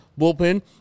bullpen